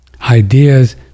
ideas